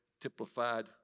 typified